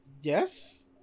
Yes